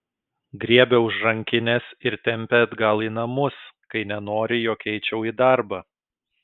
griebia už rankinės ir tempia atgal į namus kai nenori jog eičiau į darbą